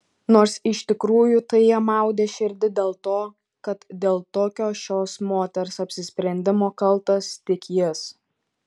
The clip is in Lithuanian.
nors iš tikrųjų tai jam maudė širdį dėl to kad dėl tokio šios moters apsisprendimo kaltas tik jis